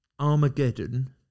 Armageddon